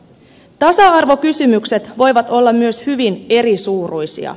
tasa arvokysymykset voivat olla myös hyvin erisuuruisia